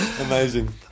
amazing